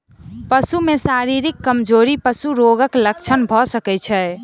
पशु में शारीरिक कमजोरी पशु रोगक लक्षण भ सकै छै